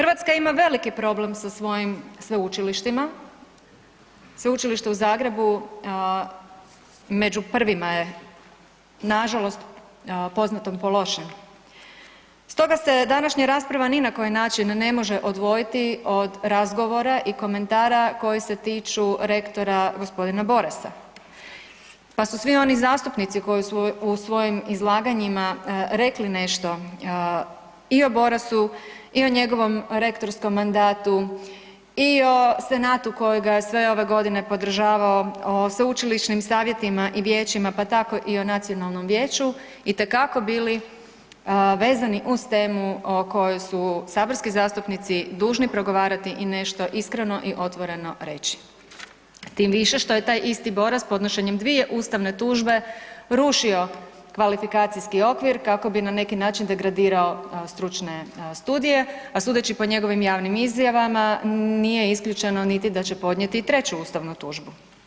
Hrvatska ima veliki problem sa svojim sveučilištima, Sveučilište u Zagrebu među prvima je nažalost poznato po lošem, stoga se današnja rasprava ni na koji način ne može odvojiti od razgovora i komentara koji se tiču rektora g. Borasa, pa su svi oni zastupnici koji su u svom izlaganjima rekli nešto i o Borasu i o njegovom rektorskom mandatu i o Senatu koje ga sve ove godine podržavao, o sveučilišnim savjetima i vijećima pa tako i o nacionalnom vijeću itekako bili vezani uz temu o kojoj su saborski zastupnici dužni progovarati i nešto iskreno i otvoreno reći, tim više što je taj isti Boras podnošenjem dvije ustavne tužbe rušio kvalifikacijski okvir kako bi na neki način degradirao stručne studije, a sudeći po njegovim javnim izjavama nije isključeno niti da će podnijeti i treću ustavnu tužbu.